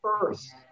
first